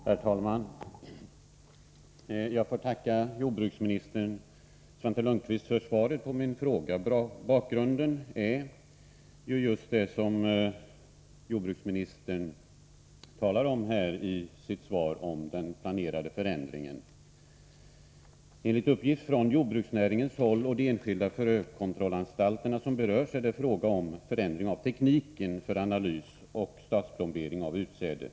Herr talman! Jag får tacka jordbruksminister Svante Lundkvist för svaret på min fråga. Bakgrunden till frågan är just det som jordbruksministern säger i sitt svar om den planerade förändringen. Enligt uppgifter från jordbruksnäringens håll och de enskilda frökontrollanstalter som berörs är det fråga om förändring av tekniken för analys och statsplombering av utsäde.